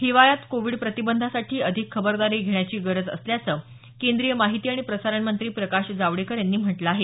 हिवाळ्यात कोविड प्रतिबंधासाठी अधिक खबरदारी घेण्याची गरज असल्याचं केंद्रीय माहिती आणि प्रसारण मंत्री प्रकाश जावडेकर यांनी म्हटलं आहे